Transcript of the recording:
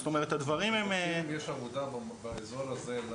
זאת אומרת הדברים הם --- השאלה אם יש עבודה באזור הזה?